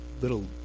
little